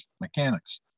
mechanics